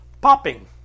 popping